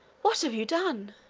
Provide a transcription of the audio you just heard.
what have you done?